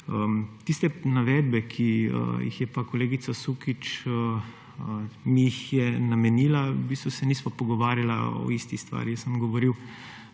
Tiste navedbe, ki mi jih je pa kolegica Sukič namenila, v bistvu se nisva pogovarjala o isti stvari. Jaz sem govoril